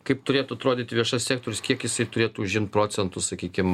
kaip turėtų atrodyti viešasis sektorius kiek jisai turėtų užimt procentų sakykim